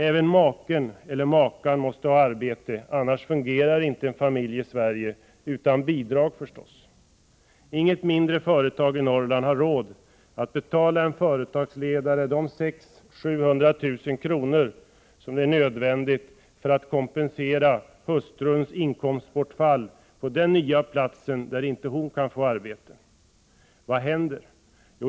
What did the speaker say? Även maken eller makan måste ha arbete, annars fungerar inte en familj i dagens Sverige — utan bidrag förstås! Inget mindre företag i Norrland har råd att betala en företagsledare de 600 000-700 000 kr., som är nödvändigt för att kompensera hustruns inkomstbortfall på den nya platsen, där hon inte kan få något arbete. Vad händer då?